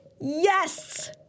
Yes